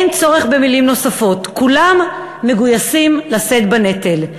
אין צורך במילים נוספות וכולם מגויסים לשאת בנטל.